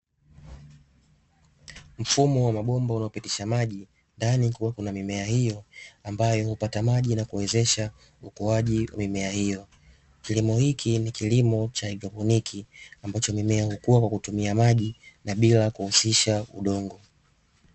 Mfumo wa mabomba unaopitisha maji ndani kukiwa na mimea hiyo ambayo hupata maji na kuwezesha ukuaji wa mimea hiyo. Kilimo hiki ni kilimo cha haidroponi ambapo mimea hukua kwa kutumia maji na bila ya kuhusisha udongo.